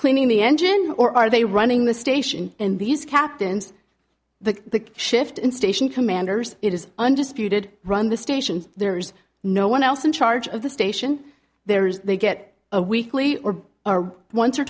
cleaning the engine or are they running the station and these captains the shift in station commanders it is undisputed run the stations there's no one else in charge of the station there is they get a weekly or r once or